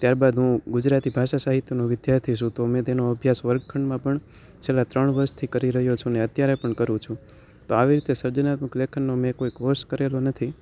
ત્યાર બાદ હું ગુજરાતી ભાષા સાહિત્યનો વિધાર્થી છું તો મેં તેનો અભ્યાસ વર્ગ ખંડમાં પણ છેલ્લાં ત્રણ વર્ષથી કરી રહ્યો છું ને અત્યારે પણ કરું છું તો આવી રીતે સર્જનાત્મક લેખનનો મેં કોઈ કોર્ષ કરેલો નથી